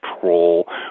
troll